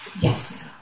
Yes